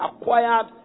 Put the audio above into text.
acquired